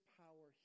power